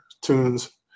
tunes